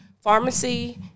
pharmacy